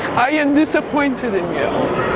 i am disappointed in